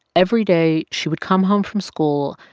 every day she would come home from school,